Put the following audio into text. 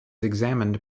examined